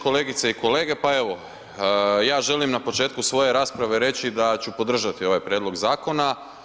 Kolegice i kolege, pa evo, ja želim na početku svoje rasprave reći da ću podržati ovaj prijedlog zakona.